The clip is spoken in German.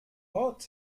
ort